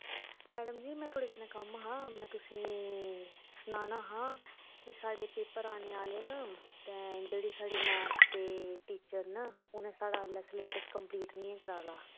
madam ji में थुआढ़े कन्नै कम्म हा में तुसें गी सनाना हा कि साढ़े पेपर आने आह्ले न ते जेह्ड़े मैथ दे टीचर न उ'नें ऐल्ली धोड़ी साढ़ा सलेब्स कम्पलीट निं ऐ कराए दा